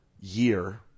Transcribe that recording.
year